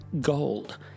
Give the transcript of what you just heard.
gold